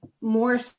more